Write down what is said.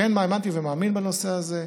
כן האמנתי ומאמין בנושא הזה,